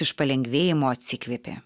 iš palengvėjimo atsikvėpė